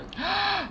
!huh!